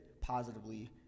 positively